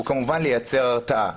הוא כמובן לייצר הרתעה,